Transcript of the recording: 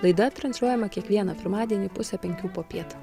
laida transliuojama kiekvieną pirmadienį pusę penkių popiet